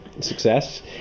success